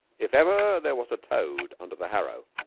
if ever there was a toad under the harrow,